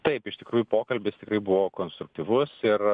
taip iš tikrųjų pokalbis tikrai buvo konstruktyvus ir